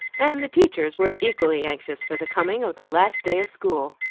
and the teachers were equally anxious for the coming of the last day of school.